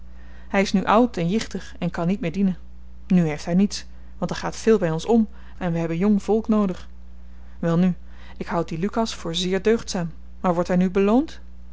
hy is nu oud en jichtig en kan niet meer dienen nu heeft hy niets want er gaat veel by ons om en we hebben jong volk noodig welnu ik houd dien lukas voor zeer deugdzaam maar wordt hy nu beloond